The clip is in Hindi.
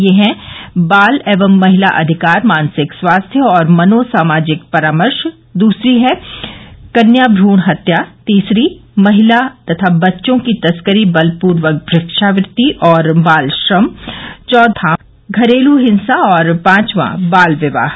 ये है बाल एवं महिला अधिकार मानसिक स्वास्थ्य और मनो सामाजिक परामर्श दूसरा कन्या भ्रण हत्या तीसरा महिला तथा बच्चों की तस्करी बल पूर्वक भिक्षावृत्ति और बालश्रम चौथा घरेलू हिंसा और पांचवा बाल विवाह